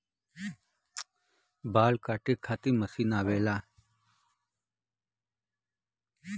बाल काटे खातिर मशीन आवेला